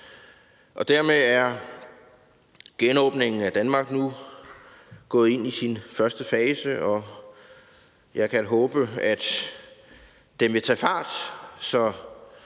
Dermed er genåbningen af Danmark nu gået ind i sin første fase, og jeg kan håbe, at den vil tage fart, så